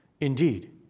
Indeed